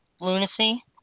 Lunacy